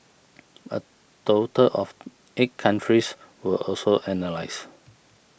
a total of eight countries were also analysed